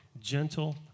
gentle